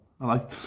Hello